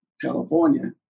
California